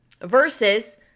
versus